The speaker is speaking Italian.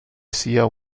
sia